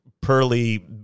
pearly